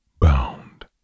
bound